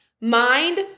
mind